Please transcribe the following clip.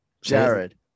Jared